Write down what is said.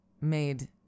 made